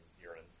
urine